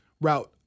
route